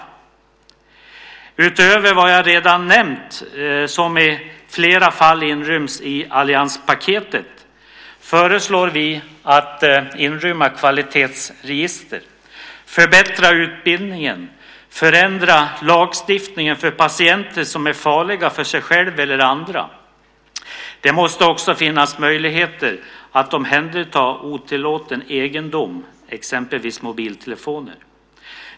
Utöver det som jag redan har nämnt, som i flera fall inryms i allianspaketet, föreslår vi att man inför ett kvalitetsregister och att man förbättrar utbildningen och förändrar lagstiftningen för patienter som är farliga för sig själva eller andra. Det måste också finnas möjligheter att omhänderta otillåten egendom, exempelvis mobiltelefoner.